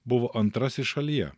buvo antrasis šalyje